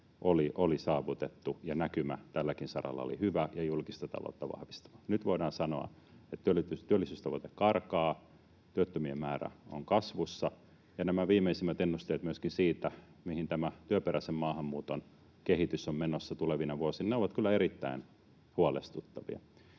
oli saavutettu, ja näkymä tälläkin saralla oli hyvä ja julkista taloutta vahvistava. Nyt voidaan sanoa, että työllisyystavoite karkaa, työttömien määrä on kasvussa ja nämä viimeisimmät ennusteet myöskin siitä, mihin tämä työperäisen maahanmuuton kehitys on menossa tulevina vuosina, ovat kyllä erittäin huolestuttavia.